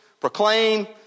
proclaim